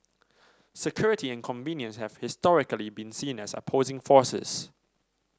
security and convenience have historically been seen as opposing forces